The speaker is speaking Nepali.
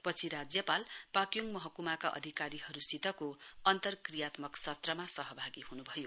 पछि राज्यपाल पाक्योङ महकुमाका अधिकारीहरूसित अन्तर्क्रियात्मक सत्रमा सहभागी हुनुभयो